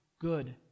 good